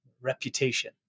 reputation